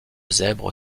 zèbre